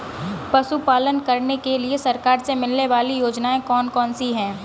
पशु पालन करने के लिए सरकार से मिलने वाली योजनाएँ कौन कौन सी हैं?